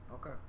Okay